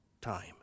time